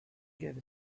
gave